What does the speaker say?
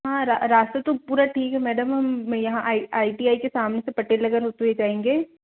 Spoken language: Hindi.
हाँ रास्ता तो पूरा ठीक है मैडम हम यहाँ आई आई टी आई के सामने से पटेल नगर होते हुए जाएंगे